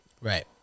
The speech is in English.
Right